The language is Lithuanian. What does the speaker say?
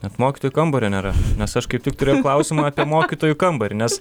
mokytojų kambario nėra nes aš kaip tik turėjau klausimą apie mokytojų kambarį nes